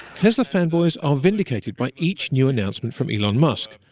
tesla fan-boys are vindicated by each new announcement from elon musk.